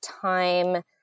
time